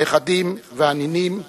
הנכדים והנינים,